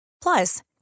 Plus